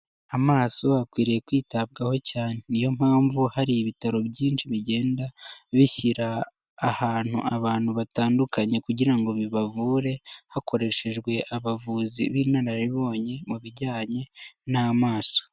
Amaso akwiriye kwitabwaho cyane niyo mpamvu hari ibitaro byinshi bigenda bishyira ahantu abantu batandukanye kugira ngo bibavure hakoreshejwe abavuzi b'inararibonye mu bijyanye n'amaso.